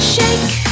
Shake